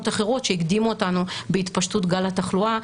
אחרות שהקדימו אותנו בהתפשטות גל התחלואה,